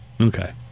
Okay